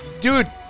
dude